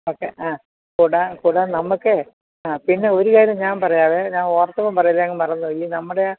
okay ആ കൂടാൻ കൂടാൻ നമുക്ക് ആ പിന്നെ ഒരു കാര്യം ഞാൻ പറയാവേ ഞാൻ ഓർത്തപ്പം പറയാം ഇല്ലെങ്കിൽ ഞാൻ മറന്നുപോവും ഈ നമ്മുടെ